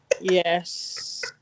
Yes